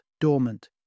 dormant